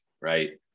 right